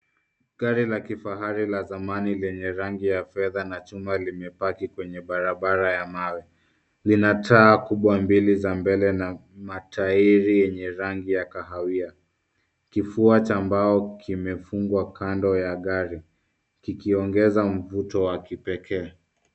Gari la kifahari la zamani lenye rangi ya fedha na chuma limepaki kwenye barabara ya mawe. Lina taa mbili kubwa za mbele na mataili ya kahawia .Kifua cha mbao kimefungwa kando ya gari kikiongeza mvuto wa kipekee.